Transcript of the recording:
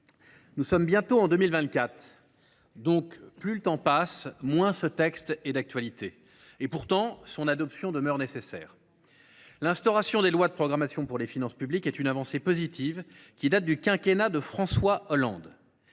nous sommes bientôt en 2024 : plus le temps passe, moins ce texte est d’actualité. Pourtant, son adoption demeure nécessaire. L’instauration des lois de programmation pour les finances publiques est une avancée positive, qui date du quinquennat de François Hollande.